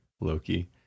Loki